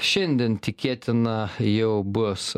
šiandien tikėtina jau bus